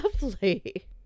lovely